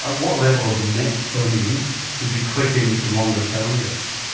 ah what level of met burning did you click in to longer telomeres?